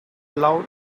loud